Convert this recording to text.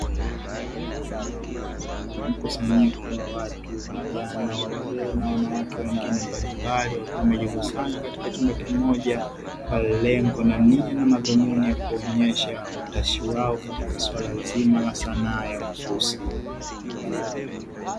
Mkusanyiko wa watu, vijana, wazee na wanawake wengine; mbalimbali wakiwa wamejikusanya katika chumba kimoja kwa lengo na nia na madhumuni ya kuonyesha utashi wao katika swala nzima la sanaa ya ususi.